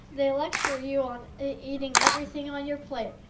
they lecture you on eating everything on your plate.